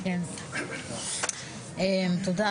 תודה.